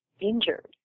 injured